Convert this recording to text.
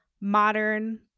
modern